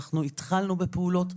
אנחנו התחלנו בפעולות.